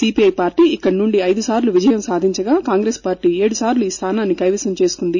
CPI party ఇక్కడ నుండి అయిదుసార్లు విజయం సాధించగా కాంగ్రెస్ పార్టీ ఏడుసార్లు ఈ స్థానాన్ని కైవసం చేసుకుంది